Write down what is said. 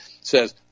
says